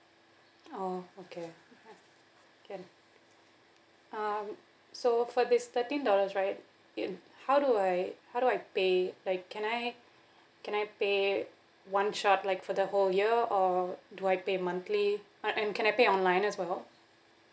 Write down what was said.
oh okay mm K um so for this thirteen dollars right it how do I how do I pay like can I can I pay one shot like for the whole year or do I pay monthly um and can I pay online as well